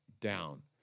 down